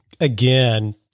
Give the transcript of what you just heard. Again